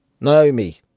Naomi